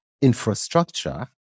infrastructure